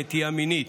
נטייה מינית